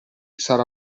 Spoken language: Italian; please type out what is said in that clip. sarà